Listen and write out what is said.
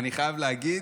אני חייב להגיד.